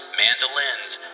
mandolins